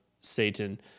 Satan